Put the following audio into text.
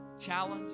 challenge